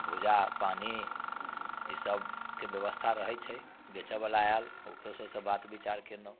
भूजा पानि ई सभके व्यवस्था रहैत छै बेचऽ बला आएल ओकरो सभ से बात विचार कयलहुँ